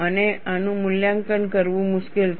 અને આનું મૂલ્યાંકન કરવું મુશ્કેલ છે